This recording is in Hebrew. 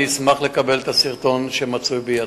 אני אשמח לקבל את הסרטון שמצוי בידך,